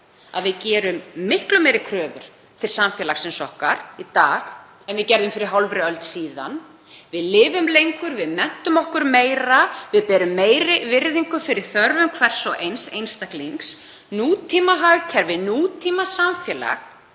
að við gerum miklu meiri kröfur til samfélagsins okkar í dag en við gerðum fyrir hálfri öld síðan. Við lifum lengur, við menntum okkur meira, við berum meiri virðingu fyrir þörfum hvers og eins einstaklings. Nútímahagkerfi, nútímasamfélag